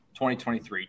2023